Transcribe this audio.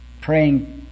Praying